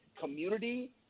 community